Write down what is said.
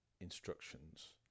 instructions